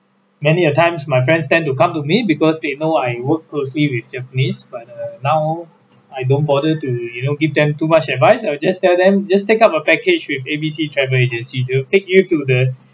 many of times my friends tend to come to me because they know I worked closely with japanese but uh now I don't bother to you know give them too much advice I'll just tell them just take up a package with A_B_C travel agency they will take you to the